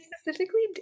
specifically